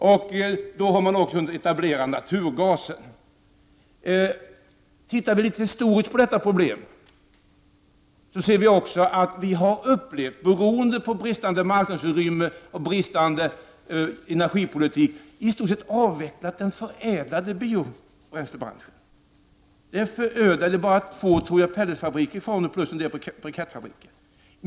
Då har man också hunnit etablera naturgasen. Ser vi historiskt på detta problem skall vi finna att vi till följd av bristande marknadsutrymme och bristande energipolitik i stort sett har avvecklat branschen för förädlad biobränslen. Det är förödande! Jag tror att det bara finns två pelletsfabriker plus en del brikettfabriker kvar.